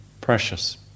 precious